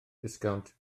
disgownt